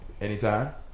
anytime